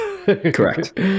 Correct